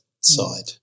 side